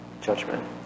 judgment